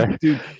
dude